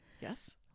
Yes